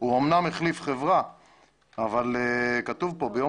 הוא אמנם החליף חברה אבל כתוב כאן ש"ביום